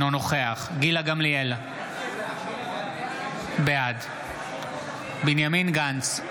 נוכח גילה גמליאל, בעד בנימין גנץ,